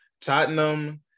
Tottenham